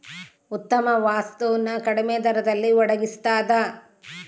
ಉತ್ತಮ ವಸ್ತು ನ ಕಡಿಮೆ ದರದಲ್ಲಿ ಒಡಗಿಸ್ತಾದ